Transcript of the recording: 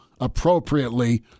appropriately